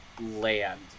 land